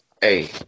Hey